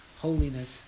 holiness